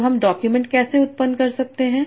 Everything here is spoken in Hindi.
तो हम डॉक्यूमेंट कैसे उत्पन्न कर सकते हैं